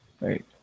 Right